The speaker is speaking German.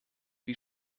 wie